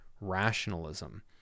rationalism